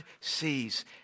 sees